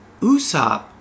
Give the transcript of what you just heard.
Usopp